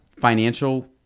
financial